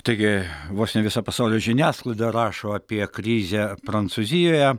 taigi vos ne viso pasaulio žiniasklaida rašo apie krizę prancūzijoje